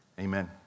Amen